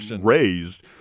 raised